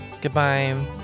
Goodbye